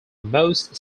most